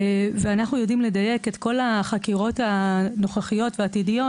ואנחנו יודעים לדייק את כל החקירות הנוכחיות והעתידיות,